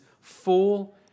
full